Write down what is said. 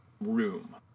room